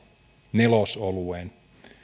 nelosolueen